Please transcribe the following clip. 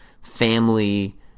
family